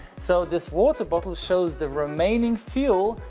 so, this water bottle shows the remaining fuel,